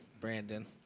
brandon